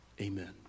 amen